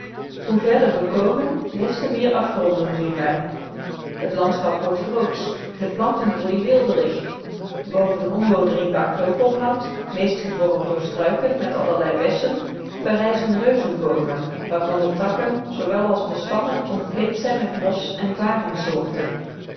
hoe verder we komen des te meer afgronden zien wij het landschap wordt grootsch de plantengroei weelderig boven ondoordringbaar kreupelhout meest gevormd door struiken met allerlei bessen verrijzen reuzenboomen waarvan de takken zoowel als de stammen omkleed zijn met mos en